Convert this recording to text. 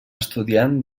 estudiant